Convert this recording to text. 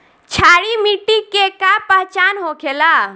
क्षारीय मिट्टी के का पहचान होखेला?